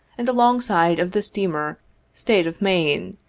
and alongside of the steamer state of maine,